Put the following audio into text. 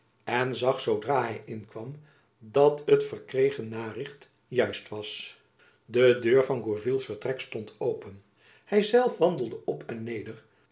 en zag zoodra hy inkwam dat het verkregen naricht juist was de deur van gourvilles vertrek stond open hyzelf wandelde op en neder